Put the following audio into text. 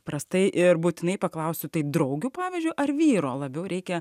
prastai ir būtinai paklausiu taip draugių pavyzdžiui ar vyro labiau reikia